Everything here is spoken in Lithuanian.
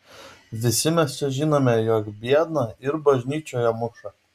visi mes čia žinome jog biedną ir bažnyčioje muša